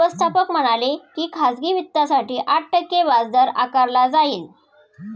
व्यवस्थापक म्हणाले की खाजगी वित्तासाठी आठ टक्के व्याजदर आकारला जाईल